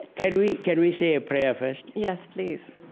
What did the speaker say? can we can we say a prayer first? yes, please